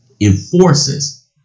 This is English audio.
enforces